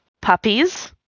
puppies